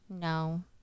No